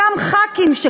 אותם חברי כנסת,